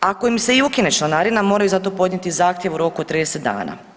Ako im se i ukine članarina moraju za to podnijeti zahtjev u roku od 30 dana.